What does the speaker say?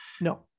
No